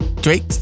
Drake